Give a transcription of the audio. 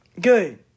good